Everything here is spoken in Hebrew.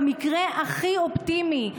במקרה הכי אופטימי,